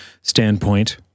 standpoint